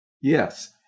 Yes